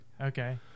Okay